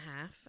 half